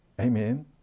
Amen